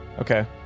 Okay